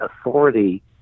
authority